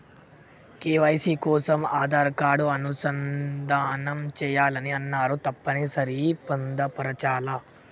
KYC కోసం Aadhaar card అనుసంధానం చేయాలని అన్నరు తప్పని సరి పొందుపరచాలా?